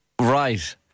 Right